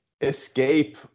escape